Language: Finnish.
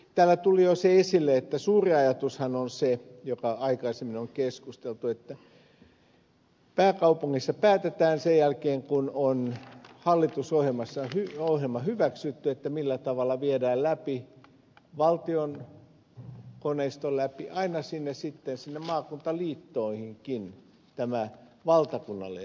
täällä tuli jo se esille että suuri ajatushan on se mistä aikaisemmin on keskusteltu että pääkaupungissa päätetään sen jälkeen kun on hallitusohjelma hyväksytty millä tavalla viedään valtion koneiston läpi aina sitten sinne maakuntaliittoihinkin tämä valtakunnallinen suunnittelu